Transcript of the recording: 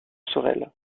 sorel